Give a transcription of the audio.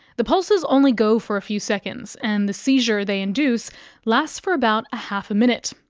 the pulses only go for a few seconds and the seizure they induce lasts for about half a minute,